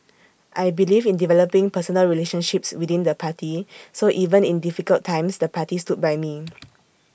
I believe in developing personal relationships within the party so even in difficult times the party stood by me